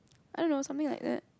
I don't know something like that